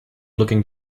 looking